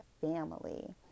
family